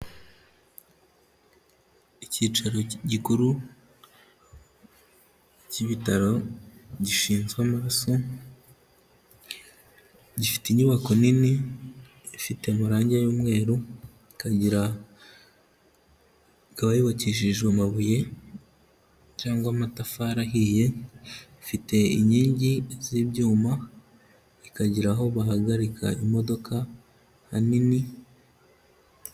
Icyicaro gikuru cy'ibitaro gishinzwe amaso, gifite inyubako nini ifite amarange y'umweru, ikaba yubakishijwe amabuye cyangwa amatafari ahiye, ifite inkingi z'ibyuma, ikagira aho bahagarika imodoka hanini.